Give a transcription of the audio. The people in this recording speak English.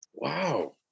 Wow